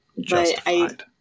Justified